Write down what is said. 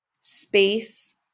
space